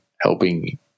helping